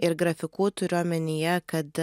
ir grafikų turiu omenyje kad